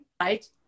Right